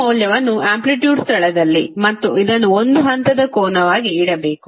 ಈ ಮೌಲ್ಯವನ್ನು ಆಂಪ್ಲಿಟ್ಯೂಡ್ ಸ್ಥಳದಲ್ಲಿ ಮತ್ತು ಇದನ್ನು ಒಂದು ಹಂತದ ಕೋನವಾಗಿ ಇಡಬೇಕು